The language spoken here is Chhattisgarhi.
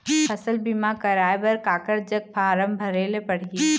फसल बीमा कराए बर काकर जग फारम भरेले पड़ही?